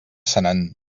senan